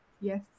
Yes